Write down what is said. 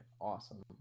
awesome